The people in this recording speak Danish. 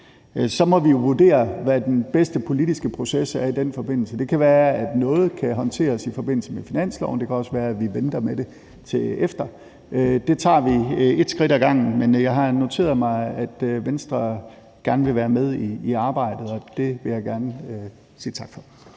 Så må vi jo vurdere, hvad den bedste politiske proces er i den forbindelse. Det kan være, at noget kan håndteres i forbindelse med finansloven, og det kan også være, at vi venter med det til bagefter. Vi tager et skridt ad gangen, men jeg har noteret mig, at Venstre gerne vil være med i arbejdet, og det vil jeg gerne sige tak for.